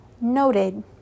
noted